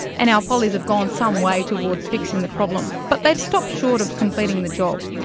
and our pollies have gone some way towards fixing the problem. but they've stopped short of completing the job.